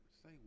Say